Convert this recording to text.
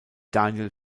daniel